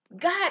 God